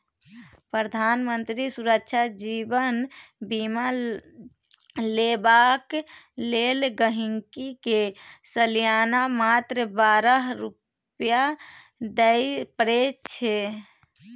प्रधानमंत्री सुरक्षा जीबन बीमा लेबाक लेल गांहिकी के सलियाना मात्र बारह रुपा दियै परै छै